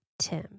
Tim